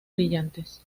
brillantes